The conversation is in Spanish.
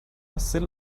hacer